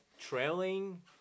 trailing